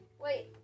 Wait